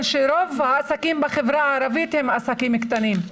שרוב העסקים בחברה הערבית הם עסקים קטנים.